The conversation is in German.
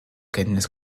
kenntnis